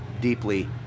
deeply